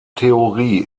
theorie